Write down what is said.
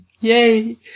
Yay